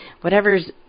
whatever's